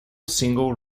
single